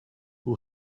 who